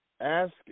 Ask